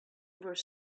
were